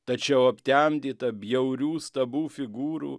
tačiau aptemdyta bjaurių stabų figūrų